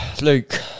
Luke